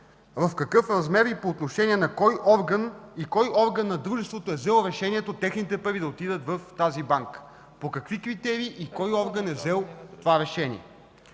в какъв размер и по отношение на кой орган и кой орган на дружеството е взел решението техните пари да отидат в тази банка? По какви критерии и кой орган е взел това решение?